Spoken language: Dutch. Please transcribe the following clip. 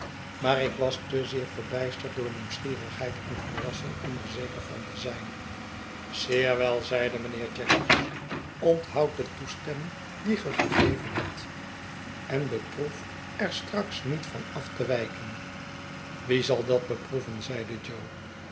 maar ik was te zeer verbijsterd door nieuwsgierigheid en verrassing om er zeker van te zijn zeer wel zeide mynheer jaggers onthoud de toestemming die ge gegeven hebt en beproef er straks niet van af te wijken wie zal dat beproeven zeide jo